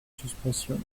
suspension